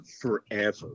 forever